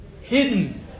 hidden